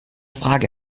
frage